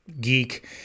geek